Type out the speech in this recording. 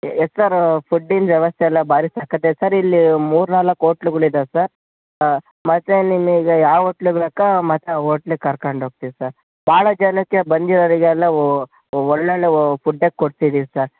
S sir ಫುಡ್ಡಿಂದು ವ್ಯವಸ್ಥೆ ಎಲ್ಲ ಭಾರಿ ಸಕ್ಕತ್ತು ಐತೆ ಸರ್ ಇಲ್ಲಿ ಮೂರು ನಾಲ್ಕು ಓಟ್ಲುಗುಳು ಇದ್ದಾವೆ ಸರ್ ಹಾಂ ಮತ್ತೆ ನಿಮಗೆ ಯಾವ ಓಟ್ಲು ಬೇಕೊ ಮತ್ತೆ ಆ ಓಟ್ಲಗೆ ಕರ್ಕೊಂಡು ಹೋಗ್ತಿವ್ ಸರ್ ಭಾಳ ಜನಕ್ಕೆ ಬಂದಿರೋರಿಗೆಲ್ಲ ಒಳ್ಳೊಳ್ಳೆ ಓ ಫುಡ್ಡೆ ಕೊಟ್ಟಿದಿವಿ ಸರ್